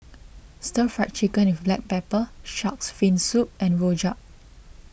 Stir Fry Chicken with Black Pepper Shark's Fin Soup and Rojak